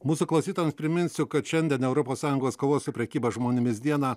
mūsų klausytojams priminsiu kad šiandien europos sąjungos kovos su prekyba žmonėmis dieną